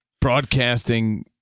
broadcasting